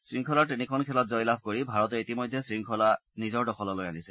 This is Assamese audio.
শৃংখলাৰ তিনিখন খেলত জয়লাভ কৰি ভাৰতে ইতিমধ্যে শংখলা নিজৰ দখললৈ আনিছে